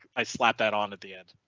i slap that on at the end.